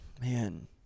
Man